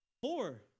Four